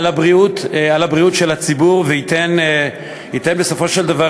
הבריאות של הציבור וייתן בסופו של דבר